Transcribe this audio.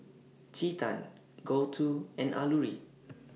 Chetan Gouthu and Alluri